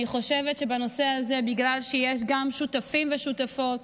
אני חושבת שבנושא הזה, בגלל שיש גם שותפים ושותפות